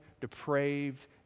depraved